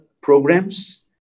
programs